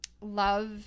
love